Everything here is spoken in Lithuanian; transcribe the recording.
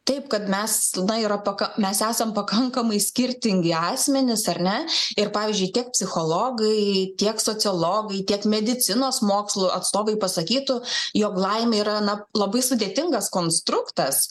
taip kad mes na yra tokio mes esam pakankamai skirtingi asmenys ar ne ir pavyzdžiui tiek psichologai tiek sociologai tiek medicinos mokslų atstovai pasakytų jog laimė yra na labai sudėtingas konstruktas